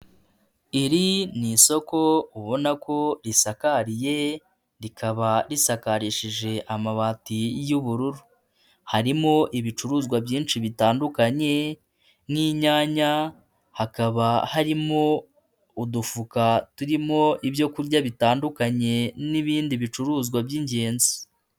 Iri ni isoko ubona ko risakariye rikaba risakarishije amabati y'ubururu, harimo ibicuruzwa byinshi bitandukanye nk'inyanya, hakaba harimo udufuka turimo ibyo kurya bitandukanye n'ibindi bicuruzwa by'ingenzi.